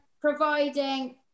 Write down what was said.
Providing